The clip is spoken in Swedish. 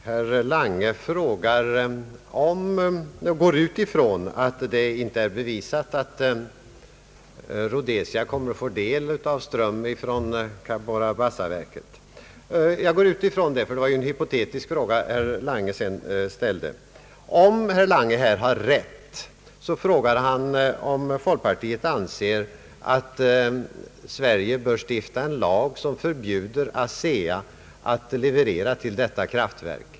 Herr talman! Herr Lange utgår ifrån att det inte är bevisat att Rhodesia kommer att få del av strömmen från Cabora Bassa-verket. Jag utgår från detta, därför att det var ju en hypotetisk fråga som herr Lange ställde. Herr Lange frågar om folkpartiet, ifall herr Lange har rätt, anser att Sverige bör stifta en lag som förbjuder ASEA att leverera till detta kraftverk.